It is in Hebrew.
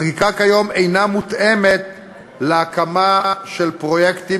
החקיקה כיום אינה מותאמת להקמה של פרויקטים